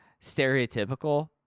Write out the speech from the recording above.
stereotypical